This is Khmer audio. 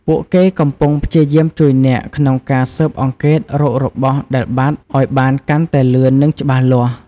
ពួកគេកំពុងព្យាយាមជួយអ្នក ក្នុងការស៊ើបអង្កេតរករបស់ដែលបាត់អោយបានកាន់តែលឿន និងច្បាស់លាស់។